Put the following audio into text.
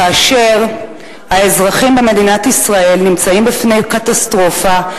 כאשר האזרחים במדינת ישראל נמצאים בפני קטסטרופה,